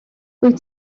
wyt